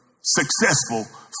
successful